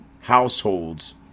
households